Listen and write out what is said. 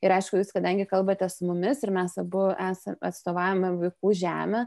ir aišku jūs kadangi kalbatės su mumis ir mes abu esa atstovaujame vaikų žemę